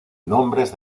nombres